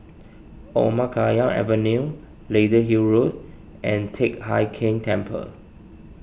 Omar Khayyam Avenue Lady Hill Road and Teck Hai Keng Temple